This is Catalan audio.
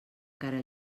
cara